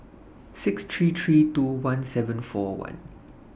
six three three two one seven four one